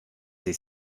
sie